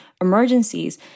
emergencies